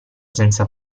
senza